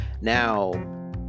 now